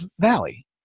Valley